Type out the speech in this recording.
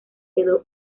quedó